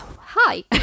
hi